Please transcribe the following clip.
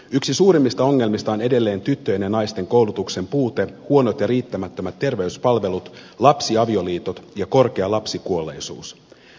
yksi suurimmista ongelmista on edelleen tyttöjen ja naisten koulutuksen puute huonot ja riittämättömät terveyspalvelut lapsiavioliitot ja korkea lapsikuolleisuus